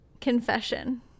Confession